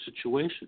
situation